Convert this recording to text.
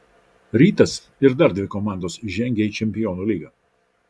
rytas ir dar dvi komandos žengia į čempionų lygą